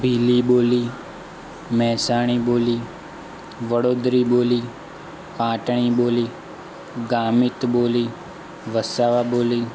ભીલી બોલી મહેસાણી બોલી વડોદરી બોલી પાટણી બોલી ગામિત બોલી વસાવા બોલી